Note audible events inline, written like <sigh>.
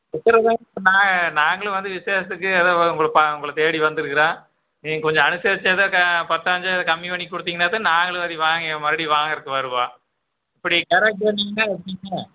<unintelligible> நான் நாங்களும் வந்து விசேஷத்துக்கு ஏதோ உங்களை உங்களை தேடி வந்துருக்கிறோம் நீங்கள் கொஞ்சம் அனுசரித்து ஏதோ பத்தோ அஞ்சோ கம்மி பண்ணி கொடுத்துத்தீங்கன்னாதான் நாங்களும் அதை வாங்கி மறுபடி வாங்குறதுக்கு வருவோம் இப்படி கிராக்கி பண்ணீங்கன்னா எப்படிங்க